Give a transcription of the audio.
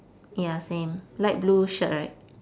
ya same light blue shirt right